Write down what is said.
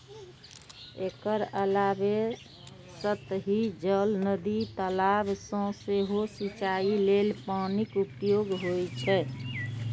एकर अलावे सतही जल, नदी, तालाब सं सेहो सिंचाइ लेल पानिक उपयोग होइ छै